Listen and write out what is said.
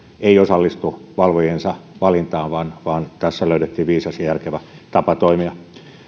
ei osallistu valvojiensa valintaan vaan vaan tässä löydettiin viisas ja järkevä tapa toimia